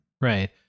Right